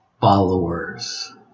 followers